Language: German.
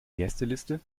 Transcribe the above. gästeliste